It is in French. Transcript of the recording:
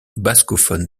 bascophone